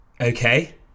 Okay